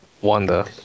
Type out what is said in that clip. Wanda